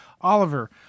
Oliver